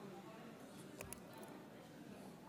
ואני רוצה להזכיר את כל מה שנאמר והובטח על ידי הימין בבחירות